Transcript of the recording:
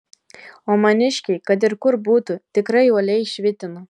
o maniškiai kad ir kur būtų tikrai uoliai švitina